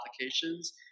applications